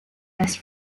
best